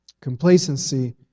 Complacency